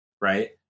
right